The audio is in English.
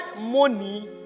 money